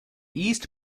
east